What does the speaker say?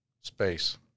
space